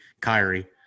Kyrie